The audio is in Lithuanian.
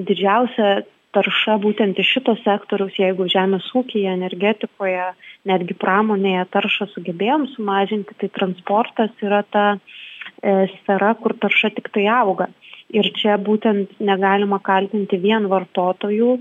didžiausia tarša būtent iš šito sektoriaus jeigu žemės ūkyje energetikoje netgi pramonėje taršą sugebėjom sumažinti tai transportas yra ta sfera kur tarša tiktai auga ir čia būtent negalima kaltinti vien vartotojų